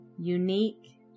unique